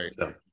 right